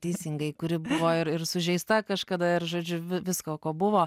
teisingai kuri buvo ir ir sužeista kažkada ir žodžiu visko ko buvo